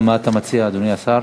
מה אתה מציע, אדוני השר?